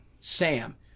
Sam